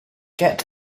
get